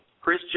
Chris